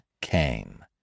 came